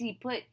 put